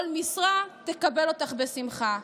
כל משרה תקבל אותך בשמחה.